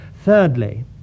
Thirdly